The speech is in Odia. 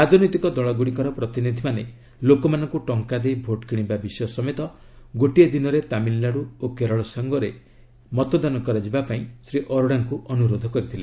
ରାଜନୈତିକ ଦଳଗୁଡ଼ିକର ପ୍ରତିନିଧିମାନେ ଲୋକମାନଙ୍କୁ ଟଙ୍କା ଦେଇ ଭୋଟ୍ କିଶିବା ବିଷୟ ସମେତ ଗୋଟିଏ ଦିନରେ ତାମିଲନାଡ଼ୁ ଓ କେରଳ ସାଙ୍ଗରେ ମତଦାନ କରାଯିବାକୁ ଶ୍ରୀ ଅରୋଡାଙ୍କୁ ଅନୁରୋଧ କରିଥିଲେ